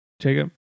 Jacob